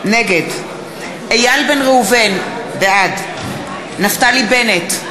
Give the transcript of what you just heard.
נגד איל בן ראובן, בעד נפתלי בנט,